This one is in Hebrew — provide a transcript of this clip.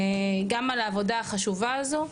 גם על העבודה החשובה הזאת,